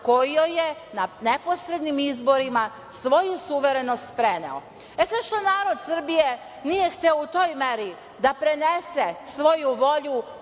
koji joj je na neposrednim izborima svoju suverenost preneo.E zašto narod Srbije nije hteo u toj meri da prenese svoju volju